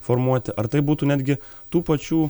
formuoti ar tai būtų netgi tų pačių